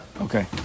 Okay